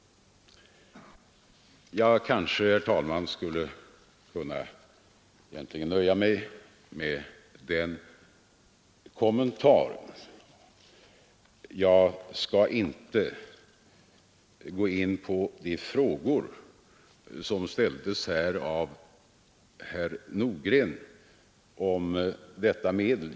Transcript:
Jag kanske skulle kunna nöja mig med den kommentaren. Jag skall inte gå in på de frågor som ställts av herr Nordgren beträffande ett medel.